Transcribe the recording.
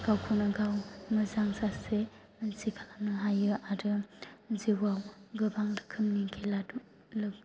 गावखौनो गाव मोजां सासे मानसि खालामनो हायो आरो जिउआव गोबां रोखोमनि खेला लोगो